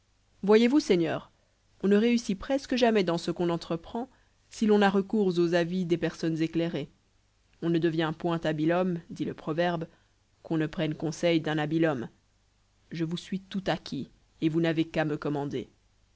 voyez-vous seigneur on ne réussit presque jamais dans ce qu'on entreprend si l'on n'a recours aux avis des personnes éclairées on ne devient point habile homme dit le proverbe qu'on ne prenne conseil d'un habile homme je vous suis tout acquis et vous n'avez qu'à me commander